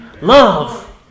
Love